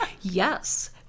yes